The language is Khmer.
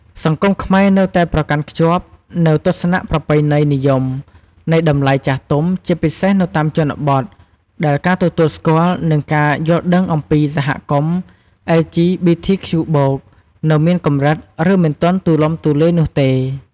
សង្គមខ្មែរនៅតែប្រកាន់ខ្ជាប់នូវទស្សនៈប្រពៃណីនិយមនៃតម្លៃចាស់ទុំ ជាពិសេសនៅតាមជនបទ ដែលការទទួលស្គាល់និងការយល់ដឹងអំពីសហគមន៍ អិល ជី ប៊ី ធី ខ្ជូ បូក (LGBTQ+) នៅមានកម្រិតឬមិនទាន់ទូលំទូលាយនោះទេ។